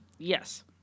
Yes